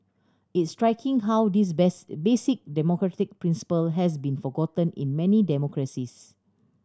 it's striking how this basic democratic principle has been forgotten in many democracies